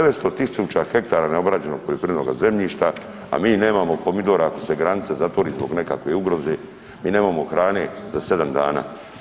900 tisuća hektara neobrađenoga poljoprivrednog zemljišta, a mi nemamo pomidora ako se granica zatvori zbog nekakve ugroze, mi nemamo hrane za 7 dana.